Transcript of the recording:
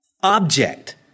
object